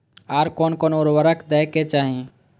आर कोन कोन उर्वरक दै के चाही?